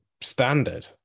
standard